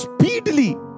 speedily